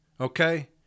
okay